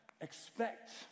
expect